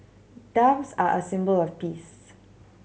doves are a symbol of peace